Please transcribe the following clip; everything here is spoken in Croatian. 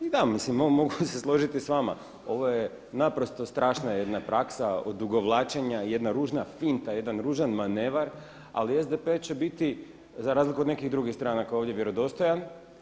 I da, mislim mogu se složiti s vama ovo je naprosto strašna jedna praksa odugovlačenja, jedna ružna finta, jedan ružan manevar, ali SDP će biti za razliku od nekih drugih stranka ovdje vjerodostojan.